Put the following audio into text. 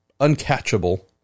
uncatchable